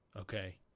okay